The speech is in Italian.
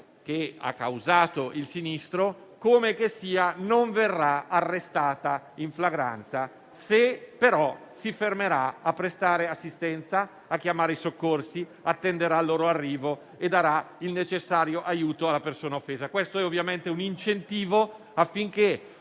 che ha causato il sinistro, come che sia, non verrà arrestata in flagranza se, però, si fermerà a prestare assistenza, a chiamare i soccorsi, attenderà il loro arrivo e darà il necessario aiuto alla persona offesa. Questo è chiaramente un incentivo affinché